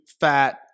fat